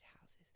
houses